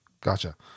Gotcha